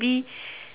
like